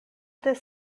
this